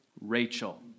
Rachel